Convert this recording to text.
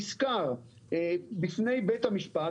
נסקר בפני בית המשפט.